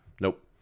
nope